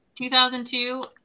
2002